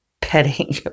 petting